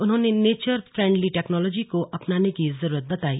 उन्होंने nature friendly technology को अपनाने की जरूरत बताई